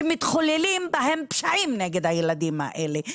שמתחוללים בהם פשעים נגד הילדים האלה,